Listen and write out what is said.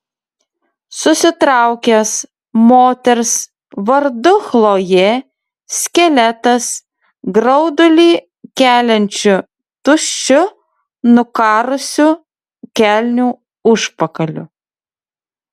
susitraukęs moters vardu chlojė skeletas graudulį keliančiu tuščiu nukarusiu kelnių užpakaliu